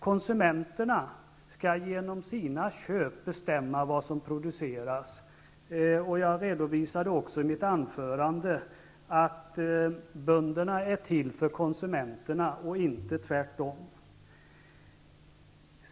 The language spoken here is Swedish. Konsumenterna skall genom sina köp bestämma vad som produceras. Jag redovisade också i mitt anförande att bönderna är till för konsumenterna, och inte tvärtom.